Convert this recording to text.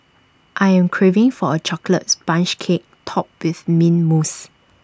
I am craving for A Chocolate Sponge Cake Topped with Mint Mousse